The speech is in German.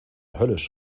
höllisch